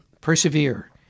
persevere